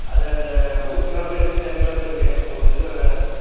அது அந்த ஊசி கலப்பையும் இருக்குது சட்டி கலப்பையும் இருக்குது உங்களுக்கு எதில் வேணும்